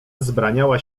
wzbraniała